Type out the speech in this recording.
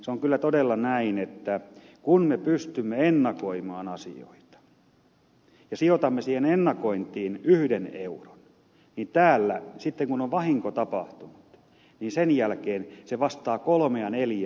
se on kyllä todella näin että kun me pystymme ennakoimaan asioita ja sijoitamme siihen ennakointiin yhden euron niin sen jälkeen kun vahinko on tapahtunut se vastaa kolmea neljää euroa